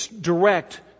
direct